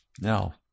Now